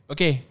Okay